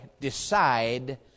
decide